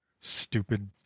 stupid